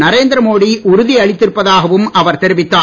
நரேந்திர மோடி உறுதி அளித்திருப்பதாகவும் அவர் தெரிவித்தார்